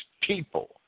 people